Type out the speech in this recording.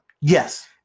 Yes